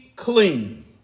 clean